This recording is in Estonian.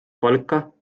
palka